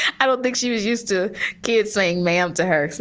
i don't think she was used to kids saying mail to her.